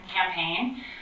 campaign